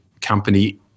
company